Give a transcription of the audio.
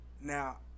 Now